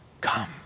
come